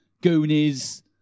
Goonies